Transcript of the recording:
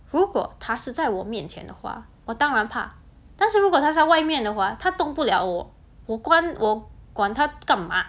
如果它是在我面前的话我当晚怕但是如果它在外面的话它动不了我我管我管它干嘛